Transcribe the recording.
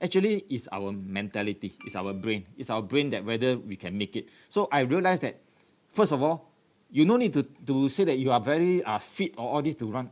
actually is our mentality is our brain is our brain that whether we can make it so I realise that first of all you no need to to say that you are very uh fit or all these to run